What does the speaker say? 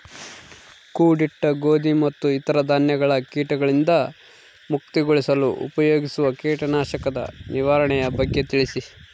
ಕೂಡಿಟ್ಟ ಗೋಧಿ ಮತ್ತು ಇತರ ಧಾನ್ಯಗಳ ಕೇಟಗಳಿಂದ ಮುಕ್ತಿಗೊಳಿಸಲು ಉಪಯೋಗಿಸುವ ಕೇಟನಾಶಕದ ನಿರ್ವಹಣೆಯ ಬಗ್ಗೆ ತಿಳಿಸಿ?